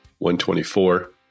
124